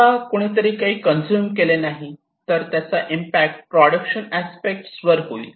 समजा कुणीतरी काही कंज्यूम केले नाही तर त्याचा इम्पॅक्ट प्रोडक्शन अस्पेक्ट वर होईल